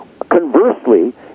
Conversely